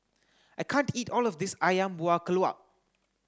I can't eat all of this Ayam Buah Keluak